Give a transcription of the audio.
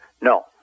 No